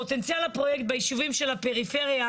פוטנציאל הפרוייקט ביישובים שבפריפריה,